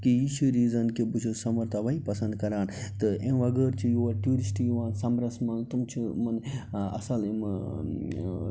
کہِ یہِ چھِ ریٖزَن کہِ بہٕ چھُس سَمَر تَوَے پسنٛد کران تہٕ اَمہِ وغٲر چھِ یور ٹیوٗرِسٹ یِوان سَمرَس منٛز تِم چھِ یِمَن اَ اصٕل یِمہٕ